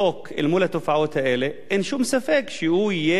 אין שום ספק שהוא יהיה גם מבחינה מוסרית,